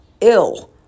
ill